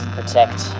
Protect